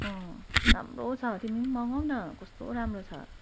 अँ राम्रो छ तिमी पनि मगाउन कस्तो राम्रो छ